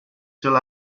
still